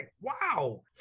Wow